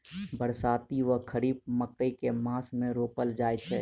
बरसाती वा खरीफ मकई केँ मास मे रोपल जाय छैय?